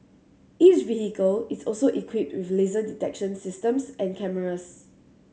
each vehicle is also equipped with laser detection systems and cameras